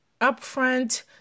upfront